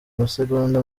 masegonda